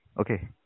Okay